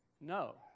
No